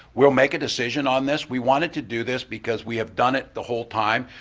we'll make a decision on this, we wanted to do this because we have done it the whole time.